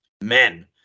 men